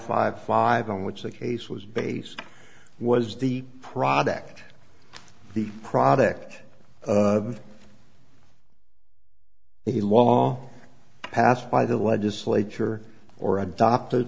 five five on which the case was based was the product the product of a law passed by the legislature or adopted